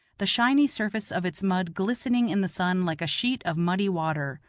the shiny surface of its mud glistening in the sun like a sheet of muddy water.